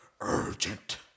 urgent